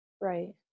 Right